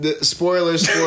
Spoilers